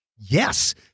Yes